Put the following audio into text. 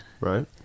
Right